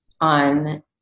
on